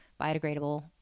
biodegradable